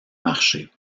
marché